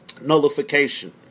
nullification